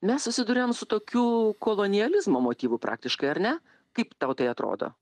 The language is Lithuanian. mes susiduriam su tokiu kolonializmo motyvu praktiškai ar ne kaip tau tai atrodo